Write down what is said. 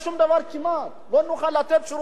לא נוכל לתת שירותים, שום דבר.